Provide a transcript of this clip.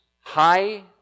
high